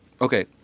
okay